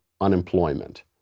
unemployment